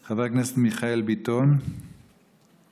חבר הכנסת מיכאל ביטון, איננו.